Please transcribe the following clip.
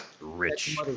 Rich